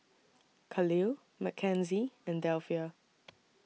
Kahlil Mackenzie and Delphia